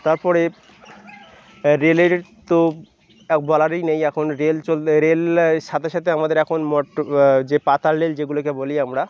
তারপরে রেলের তো এক বলারই নেই এখন রেল চললে রেল লা সাথে সাথে আমাদের এখন মোট্ট যে পাতাল রেল যেগুলোকে বলি আমরা